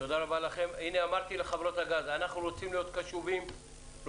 אני אומר לחברות הגז: אנחנו רוצים להיות קשובים וענייניים.